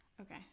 Okay